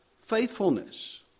faithfulness